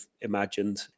imagined